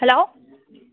hello